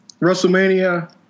WrestleMania